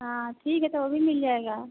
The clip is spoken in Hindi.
हाँ ठीक है तो वह भी मिल जाएगा